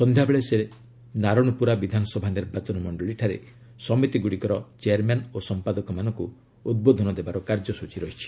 ସନ୍ଧ୍ୟାବେଳେ ସେ ନାରଣପୁରା ବିଧାନସଭା ନିର୍ବାଚନ ମଣ୍ଡଳୀଠାରେ ସମିତିଗୁଡ଼ିକର ଚେୟାରମ୍ୟାନ୍ ଓ ସମ୍ପାଦକମାନଙ୍କୁ ଉଦ୍ବୋଧନ ଦେବାର କାର୍ଯ୍ୟସ୍ତୀ ରହିଛି